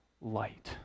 light